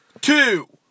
two